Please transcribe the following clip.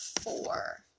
four